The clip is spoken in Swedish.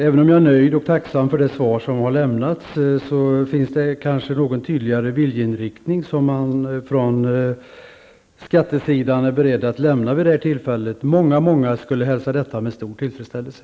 Även om jag är nöjd med och tacksam för det svar som har lämnats, undrar jag om statsrådet är beredd att något tydligare ange en viljeinriktning vid detta tillfälle. Många skulle hälsa detta med stor tillfredsställelse.